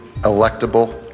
electable